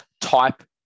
type